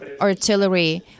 artillery